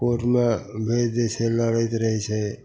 कोर्टमे भेजि दै छै लड़ैत रहै छै